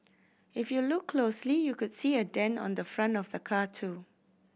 if you look closely you could see a dent on the front of the car too